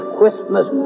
Christmas